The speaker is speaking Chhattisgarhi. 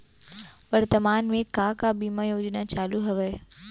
वर्तमान में का का बीमा योजना चालू हवये